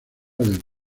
del